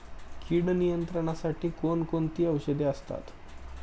कीड नियंत्रणासाठी कोण कोणती औषधे असतात?